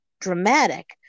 dramatic